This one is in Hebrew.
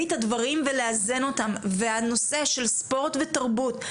את הדברים ולאזן אותם והנושא של ספורט ותרבות,